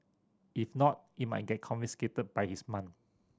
if not it might get confiscated by his mum